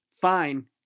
fine